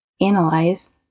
Analyze